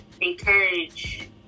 encourage